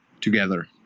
together